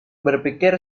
berpikir